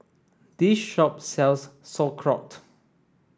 this shop sells Sauerkraut